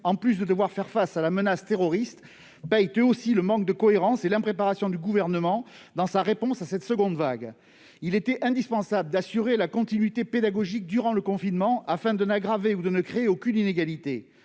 en plus de devoir faire face à la menace terroriste, payent eux aussi le manque de cohérence et l'impréparation du Gouvernement dans sa réponse à cette seconde vague. Il était indispensable d'assurer la continuité pédagogique durant le confinement, afin de n'aggraver ou de ne créer aucune inégalité.